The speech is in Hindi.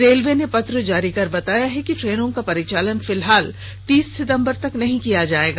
रेलवे ने पत्र जारी कर बताया है कि ट्रेनों का परिचालन फिलहाल तीस सितंबर तक नहीं किया जाएगा